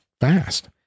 fast